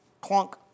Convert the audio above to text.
Clunk